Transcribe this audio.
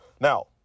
Now